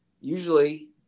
usually